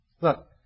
Look